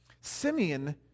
Simeon